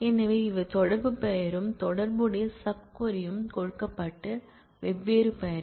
எனவே இவை தொடர்பு பெயரும் தொடர்புடைய சப் க்வரி ம் கொடுக்கப்பட்ட வெவ்வேறு பெயர்கள்